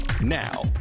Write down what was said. Now